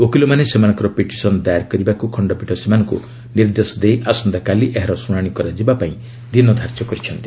ଓକିଲମାନେ ସେମାନଙ୍କର ପିଟିସନ ଦାୟ କରିବାକୁ ଖଣ୍ଡପୀଠ ସେମାନଙ୍କୁ ନିର୍ଦ୍ଦେଶ ଦେଇ ଆସନ୍ତାକାଲି ଏହାର ଶୁଣାଣି କରାଯିବା ପାଇଁ ଦିନ ଧାର୍ଯ୍ୟ କରିଛନ୍ତି